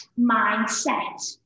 mindset